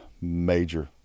major